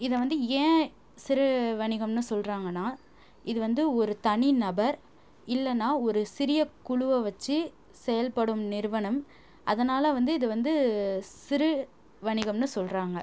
இதை வந்து ஏன் சிறு வணிகம்னு சொல்கிறாங்கனா இது வந்து ஒரு தனி நபர் இல்லைனா ஒரு சிறிய குழுவை வச்சு செயல்படும் நிறுவனம் அதனால் வந்து இது வந்து சிறு வணிகம்னு சொல்கிறாங்க